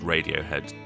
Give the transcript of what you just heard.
Radiohead